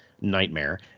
nightmare